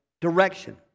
direction